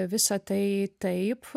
visa tai taip